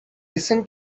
listen